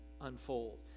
unfold